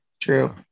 true